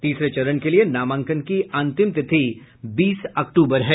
तीसरे चरण के लिए नामांकन की अंतिम तिथि बीस अक्टूबर है